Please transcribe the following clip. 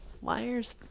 Wires